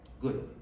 Good